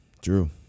Drew